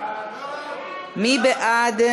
מי בעד?